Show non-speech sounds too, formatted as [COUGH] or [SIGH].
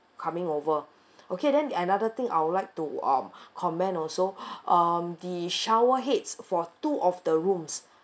coming over okay then another thing I would like to um [BREATH] comment also [BREATH] um the shower heads for two of the rooms